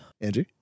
Andrew